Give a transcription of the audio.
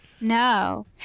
No